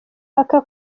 aka